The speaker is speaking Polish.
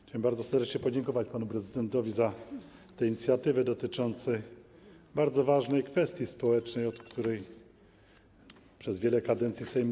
Chciałbym bardzo serdecznie podziękować panu prezydentowi za tę inicjatywę dotyczącą bardzo ważnej kwestii społecznej, o której dyskutujemy przez wiele kadencji Sejmu.